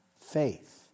faith